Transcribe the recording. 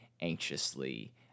anxiously